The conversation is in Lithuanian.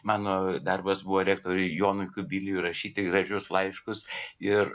mano darbas buvo rektoriui jonui kubiliui rašyti gražius laiškus ir